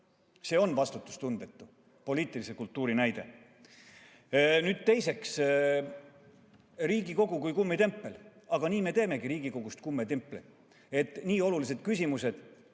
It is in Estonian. See on vastutustundetu poliitilise kultuuri näide. Nüüd teiseks, Riigikogu kui kummitempel. Aga nii me teemegi Riigikogust kummitempli, kui nii olulised küsimused